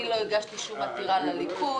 אני לא הגשתי שום עתירה לליכוד.